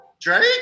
Drake